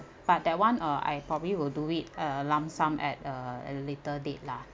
but that one uh I probably will do it a lump sum at a at a later date lah